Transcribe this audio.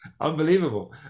unbelievable